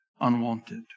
unwanted